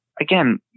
Again